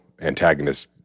antagonist